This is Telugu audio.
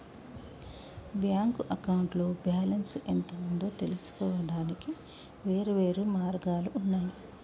బ్యాంక్ అకౌంట్లో బ్యాలెన్స్ ఎంత ఉందో తెలుసుకోవడానికి వేర్వేరు మార్గాలు ఉన్నయి